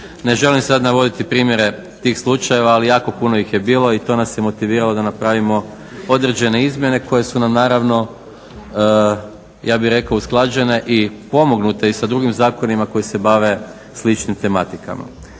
Ne želim sada navoditi primjere tih slučajeva ali jako puno ih je bilo i to nas je motiviralo da napravimo određene izmjene koje su nam naravno ja bih rekao usklađene i pomognute i sa drugim zakonima koji se bave sličnim tematikama.